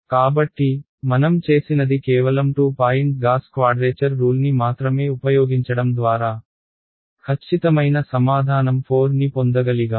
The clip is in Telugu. కాబట్టి మనం చేసినది కేవలం 2 పాయింట్ గాస్ క్వాడ్రేచర్ రూల్ని మాత్రమే ఉపయోగించడం ద్వారా ఖచ్చితమైన సమాధానం 4 ని పొందగలిగాము